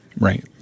Right